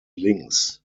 links